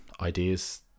ideas